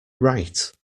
right